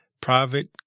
private